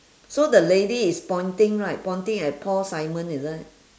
so the lady is pointing right pointing at paul simon is it